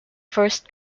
first